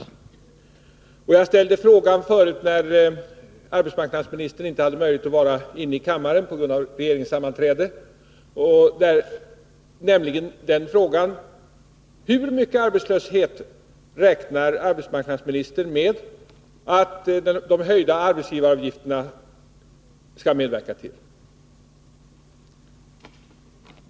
Jag frågade förut, när arbetsmarknadsministern inte hade möjlighet att vara inne i kammaren på grund av regeringssammanträde: Hur mycket arbetslöshet räknar arbetsmarknadsministern med att de höjda arbetsgivaravgifterna skall medverka till?